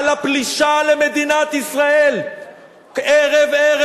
על הפלישה למדינת ישראל ערב-ערב.